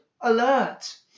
alert